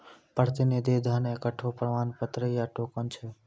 प्रतिनिधि धन एकठो प्रमाण पत्र या टोकन छै